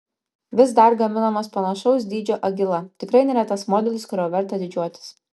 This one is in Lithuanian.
vis dar gaminamas panašaus dydžio agila tikrai nėra tas modelis kuriuo verta didžiuotis